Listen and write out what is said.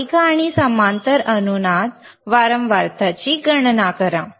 मालिका आणि समांतर अनुनाद वारंवारतांची गणना करा